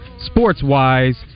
sports-wise